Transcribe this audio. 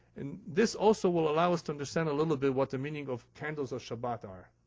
and this also will allow us to understand a little bit what the meaning of candles of shabbat are.